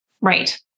right